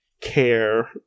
care